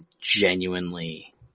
genuinely